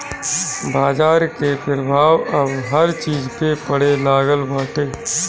बाजार के प्रभाव अब हर चीज पे पड़े लागल बाटे